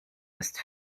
ist